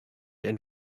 and